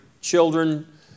children